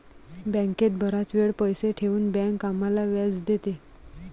बँकेत बराच वेळ पैसे ठेवून बँक आम्हाला व्याज देते